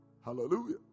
Hallelujah